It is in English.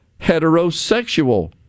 Heterosexual